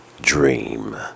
dream